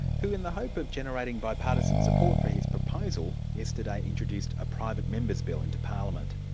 who in the hope of generating bipartisan support for his proposal, yesterday introduced a private member's bill into parliament.